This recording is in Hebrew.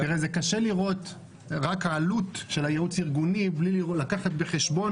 זה קשה לראות רק עלות של ייעוץ ארגוני בלי לקחת בחשבון